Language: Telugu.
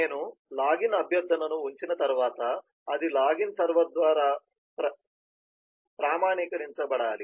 నేను లాగిన్ అభ్యర్థనను ఉంచిన తర్వాత అది లాగిన్ సర్వర్ ద్వారా ప్రామాణీకరించబడాలి